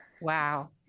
Wow